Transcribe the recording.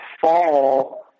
fall